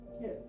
Yes